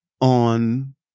on